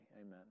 Amen